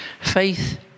Faith